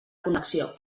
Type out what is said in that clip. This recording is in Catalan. connexió